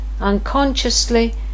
Unconsciously